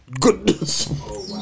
goodness